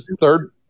Third